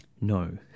No